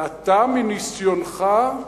ואתה, מניסיונך,